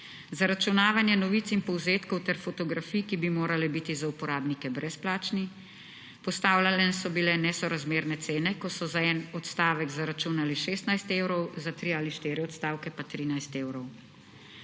Zaračunavanje novic in povzetkov ter fotografij, ki bi morale biti za uporabnike brezplačni. Postavljene so bile nesorazmerne cene, ko so za en odstavek zaračunali 16 evrov, za 3 ali 4 odstavke pa 13 evrov.